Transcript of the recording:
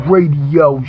Radio